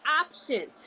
option